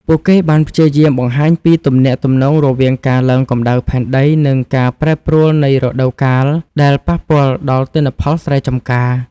ពួកគេបានព្យាយាមបង្ហាញពីទំនាក់ទំនងរវាងការឡើងកម្តៅផែនដី និងការប្រែប្រួលនៃរដូវកាលដែលប៉ះពាល់ដល់ទិន្នផលស្រែចម្ការ។